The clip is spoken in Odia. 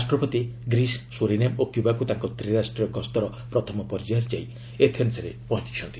ରାଷ୍ଟ୍ରପତି ଗ୍ରୀସ୍ ସୁରିନେମ୍ ଓ କ୍ୟୁବାକୁ ତାଙ୍କ ତ୍ରିରାଷ୍ଟ୍ରୀୟ ଗସ୍ତର ପ୍ରଥମ ପର୍ଯ୍ୟାୟରେ ଯାଇ ଏଥେନ୍ସରେ ପହଞ୍ଚଛନ୍ତି